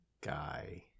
guy